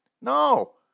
No